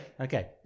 Okay